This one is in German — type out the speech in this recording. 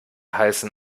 heißen